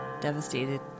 devastated